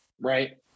right